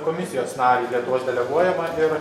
komisijos narį lietuvos deleguojamą ir